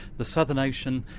the southern ocean,